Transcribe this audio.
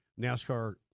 NASCAR